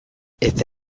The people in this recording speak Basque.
eta